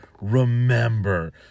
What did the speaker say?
remember